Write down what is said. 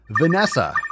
Vanessa